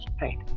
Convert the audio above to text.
Right